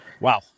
Wow